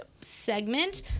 segment